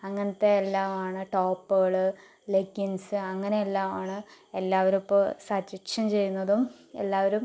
അങ്ങനത്തെയെല്ലാമാണ് ടോപ്പുകള് ലഗിൻസ്സ് അങ്ങനെയെല്ലാമാണ് എല്ലാവരും ഇപ്പോൾ സജഷൻ ചെയ്യുന്നതും എല്ലാവരും